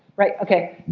right. ok,